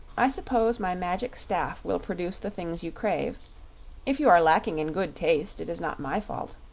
i suppose my magic staff will produce the things you crave if you are lacking in good taste it is not my fault.